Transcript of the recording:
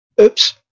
oops